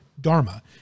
Dharma